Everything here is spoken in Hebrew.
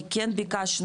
כי כן ביקשנו